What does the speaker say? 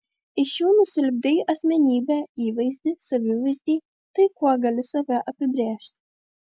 iš jų nusilipdei asmenybę įvaizdį savivaizdį tai kuo gali save apibrėžti